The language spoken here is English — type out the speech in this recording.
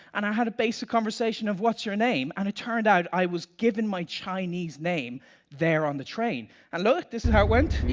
and i had a basic conversation of what's your name? and it turns out i was given my chinese name there on the train, and look, this is how it went